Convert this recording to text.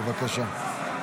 בבקשה.